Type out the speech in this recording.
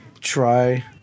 try